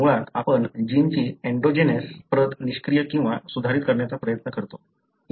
मुळात आपण जीनची एन्डोजेनस प्रत निष्क्रिय किंवा सुधारित करण्याचा प्रयत्न करतो